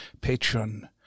Patreon